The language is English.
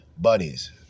Buddies